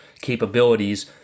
capabilities